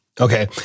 Okay